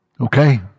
Okay